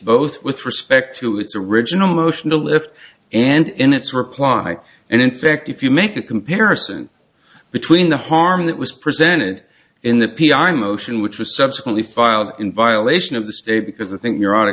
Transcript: both with respect to its original motion to lift and in its reply and in fact if you make a comparison between the harm that was presented in the p i motion which was subsequently filed in violation of the state because i think you're on a